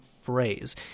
phrase